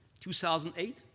2008